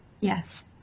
Yes